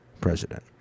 President